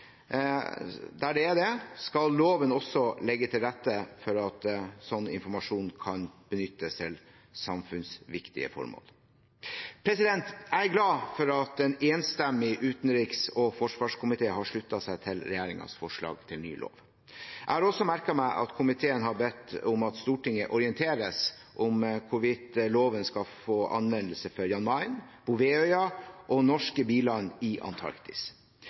Der det er sikkerhetsmessig forsvarlig, skal loven også legge til rette for at slik informasjon kan benyttes til samfunnsviktige formål. Jeg er glad for at en enstemmig utenriks- og forsvarskomité har sluttet seg til regjeringens forslag til ny lov. Jeg har også merket meg at komiteen har bedt om at Stortinget orienteres om hvorvidt loven skal få anvendelse for Jan Mayen, Bouvetøya og norske biland i Antarktis.